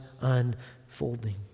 unfolding